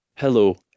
Hello